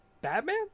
Batman